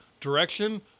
direction